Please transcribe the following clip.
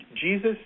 Jesus